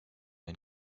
ein